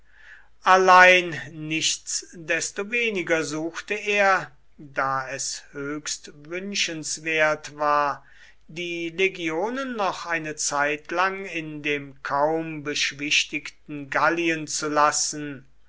allein nichtsdestoweniger suchte er da es höchst wünschenswert war die legionen noch eine zeitlang in dem kaum beschwichtigten gallien zu lassen